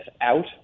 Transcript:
out